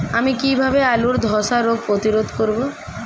আমি কিভাবে আলুর ধ্বসা রোগ প্রতিরোধ করব?